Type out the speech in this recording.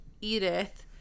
Edith